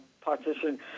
partition